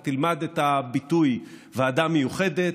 אתה תלמד את הביטוי "ועדה מיוחדת",